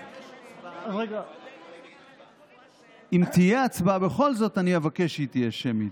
אם תהיה הצבעה בכל זאת, אני אבקש שהיא תהיה שמית.